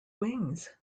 wings